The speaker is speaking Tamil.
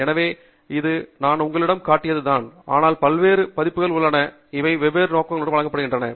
எனவே இது நான் உங்களிடம் காட்டியது தான் ஆனால் பல வேறுபட்ட பதிப்புகள் உள்ளன இவை வெவ்வேறு நோக்கங்களுக்காக வழங்கப்படுகின்றன